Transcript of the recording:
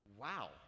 wow